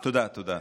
תודה, תודה.